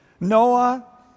Noah